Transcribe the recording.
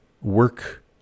work